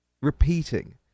repeating